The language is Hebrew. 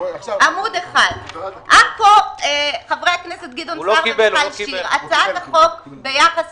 חברי הכנסת סער ושיר הצעת החוק ביחס